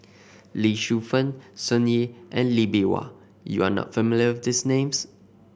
Lee Shu Fen Sun Yee and Lee Bee Wah you are not familiar with these names